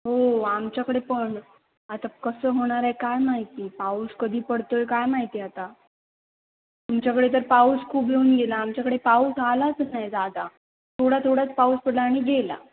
हो आमच्याकडे पण आता कसं होणार आहे काय माहिती पाऊस कधी पडतो आहे काय माहिती आता तुमच्याकडे तर पाऊस खूप येऊन गेला आमच्याकडे पाऊस आलाच नाही जादा थोडाथोडाच पाऊस पडला आणि गेला